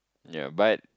ya but